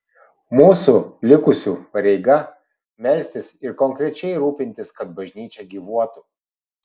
mūsų likusių pareiga melstis ir konkrečiai rūpintis kad bažnyčia gyvuotų